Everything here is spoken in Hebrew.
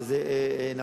וזה נכון.